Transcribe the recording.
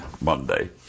Monday